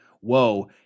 whoa